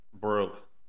broke